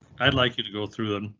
i'd like you to go through them,